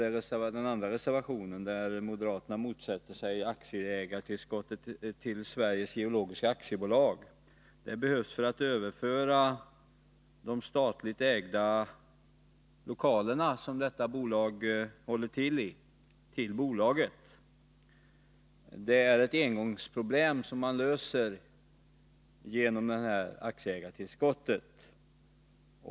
I den andra reservationen motsätter sig moderaterna aktieägartillskott till Sveriges Geologiska AB. Det tillskottet behövs för att till bolaget överföra de statligt ägda lokaler som bolaget håller till i. Det är ett engångsproblem som blir löst genom det här aktieägartillskottet.